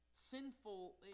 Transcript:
Sinful